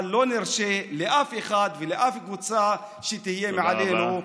אבל לא נרשה לאף אחד ולאף קבוצה שתהיה מעלינו,